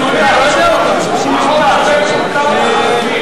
אדוני היושב-ראש, החוק הזה מיותר לחלוטין.